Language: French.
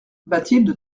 bathilde